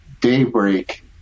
Daybreak